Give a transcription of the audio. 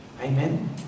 Amen